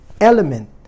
element